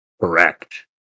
Correct